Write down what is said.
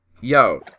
yo